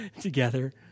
together